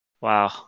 wow